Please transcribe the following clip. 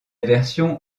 version